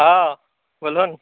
हाँ बोलो